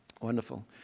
Wonderful